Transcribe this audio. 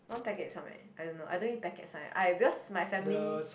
one packet is how many I don't know I don't eat packets one eh I because my family